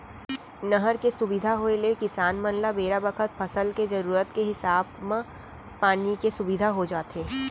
नहर के सुबिधा होय ले किसान मन ल बेरा बखत फसल के जरूरत के हिसाब म पानी के सुबिधा हो जाथे